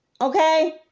Okay